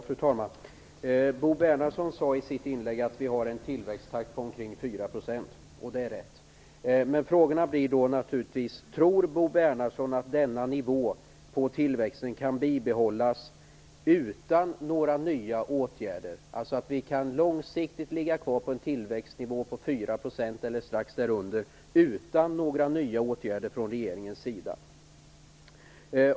Fru talman! Bo Bernhardsson sade i sitt inlägg att vi har en tillväxttakt på omkring 4 %, och det är riktigt. Frågan blir självfallet om Bo Bernhardsson tror att denna nivå på tillväxten kan bibehållas utan några nya åtgärder. Kan vi långsiktigt ligga kvar på en tillväxtnivå på 4 % eller strax därunder utan några nya åtgärder från regeringens sida?